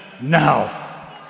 now